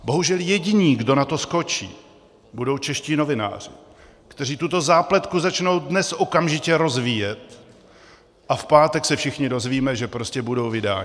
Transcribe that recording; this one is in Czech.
Bohužel jediný, kdo na to skočí, budou čeští novináři, kteří tuto zápletku začnou dnes okamžitě rozvíjet, a v pátek se všichni dozvíme, že prostě budou vydáni.